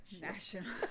national